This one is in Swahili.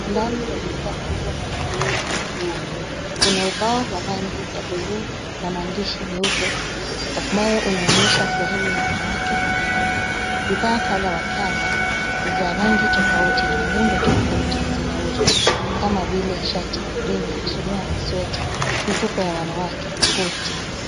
Ndani ya duka kubwa la kuuza nguo kuna ubao wa rangi ya buluu na maandishi meupe ambayo unaonesha sehemu ya wanawake na wanaume. Bidhaa kadha wa kadha za rangi tofauti na muundo tofauti zinauzwa kama vile shati, rinda, suruali, sweta, mifuko ya wanawake, koti.